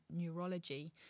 neurology